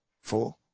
Four